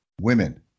women